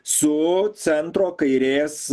su centro kairės